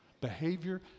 behavior